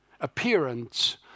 appearance